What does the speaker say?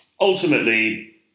ultimately